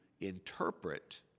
interpret